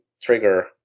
trigger